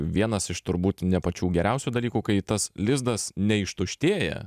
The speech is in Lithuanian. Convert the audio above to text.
vienas iš turbūt ne pačių geriausių dalykų kai tas lizdas neištuštėja